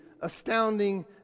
astounding